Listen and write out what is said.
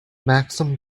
maxim